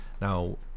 now